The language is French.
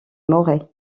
morez